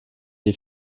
die